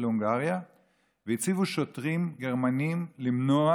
להונגריה והציבו שוטרים גרמנים למנוע,